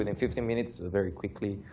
and fifteen minutes, very quickly,